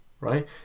right